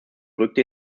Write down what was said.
rückte